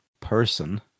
person